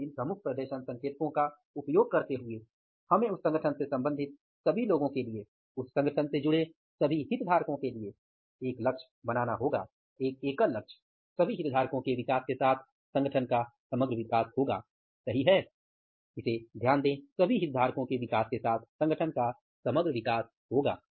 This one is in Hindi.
इन प्रमुख प्रदर्शन संकेतकों का उपयोग करते हुए हमें उस संगठन से संबंधित सभी लोगों के लिए उस संगठन से जुड़े सभी हितधारकों हेतु एक लक्ष्य बनाना होगा कि एकल लक्ष्य सभी हितधारकों के विकास के साथ संगठन का समग्र विकास होगा सही है